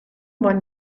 bon